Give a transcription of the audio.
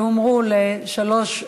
שהומרו לשלוש,